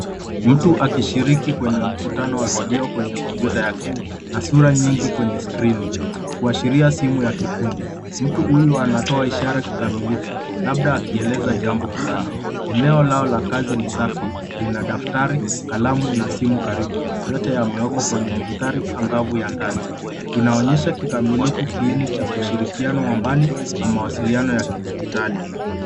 Mtu akishiriki kwenye mkutano wa video kwenye kompyuta yake na sura nyingi kwenye skrini, kuashiria simu ya kikundi. Mtu huyu anatoa ishara kikamilifu, labda akieleza jambo fulani. Eneo lao la kazi ni safi, lina daftari, kalamu na simu karibu. Yote yamewekwa kwenye mandhari angavu ya ndani. Inaonyesha kikamilifu kiini cha ushirikiano wa mbali na mawasiliano ya kidigitali.